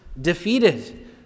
defeated